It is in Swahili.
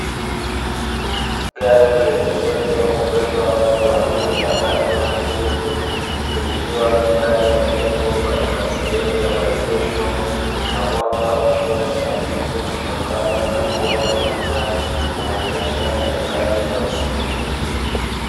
Gari lenyeuwezo wa kubeba watu wanne lenye rangi ya kijivu, likiwa ndani ya jengo katika sehemu ya maegesho na mwanga kuonekana hafifu kutokana na giza kumaanisha Ni nyakati za usiku.